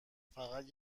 فقط